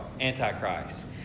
Antichrist